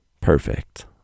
perfect